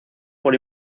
por